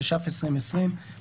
התש״ף-2020 (להלן ־ החוק),